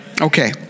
Okay